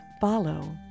follow